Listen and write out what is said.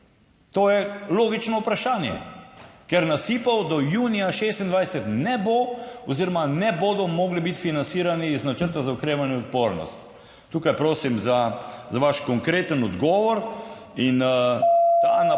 To je logično vprašanje. Ker nasipov do junija 2026 ne bo oziroma ne bodo mogli biti financirani iz Načrta za okrevanje in odpornost. Tukaj prosim za vaš konkreten odgovor. Ta napad na